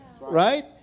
right